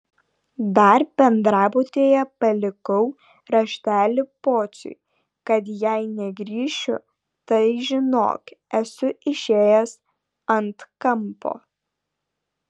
dar bendrabutyje palikau raštelį pociui kad jei negrįšiu tai žinok esu išėjęs ant kampo